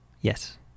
yes